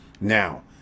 Now